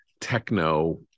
techno-